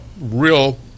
real